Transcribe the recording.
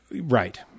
Right